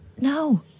No